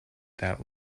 that